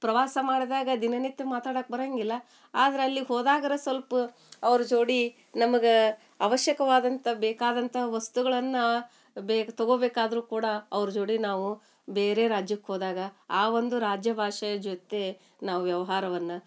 ಪ್ರವಾಸ ಮಾಡಿದಾಗ ದಿನನಿತ್ಯ ಮಾತಾಡಕ್ಕೆ ಬರೋಂಗಿಲ್ಲ ಆದ್ರೆ ಅಲ್ಲಿಗೆ ಹೋದಾಗಾರೂ ಸಲ್ಪ ಅವ್ರ ಜೋಡಿ ನಮಗೆ ಅವಶ್ಯಕವಾದಂಥ ಬೇಕಾದಂಥ ವಸ್ತುಗಳನ್ನು ಬೇಕು ತೊಗೊಬೇಕಾದ್ರೂ ಕೂಡ ಅವ್ರ ಜೋಡಿ ನಾವು ಬೇರೆ ರಾಜ್ಯಕ್ಕೆ ಹೋದಾಗ ಆ ಒಂದು ರಾಜ್ಯ ಭಾಷೆಯ ಜೊತೆ ನಾವು ವ್ಯವಹಾರವನ್ನ